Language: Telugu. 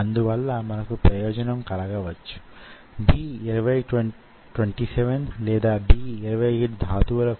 అందువలన మనం సంకోచం గురించి చర్చించినప్పుడు ఈ కదలిక యొక్క వేగాన్ని ప్రస్తావించుకున్నాం